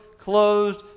closed